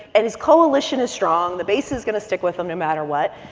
and his coalition is strong. the base is going to stick with him no matter what.